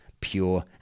pure